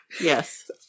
Yes